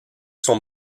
son